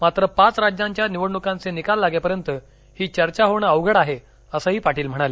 मात्र पाच राज्यांच्या निवडण्कांचे निकाल लागेपर्यंत ही चर्चा होणं अवघड आहे असंही पाटील म्हणाले